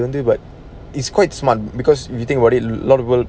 I didn't do but it's quite smart because you think what a lot of people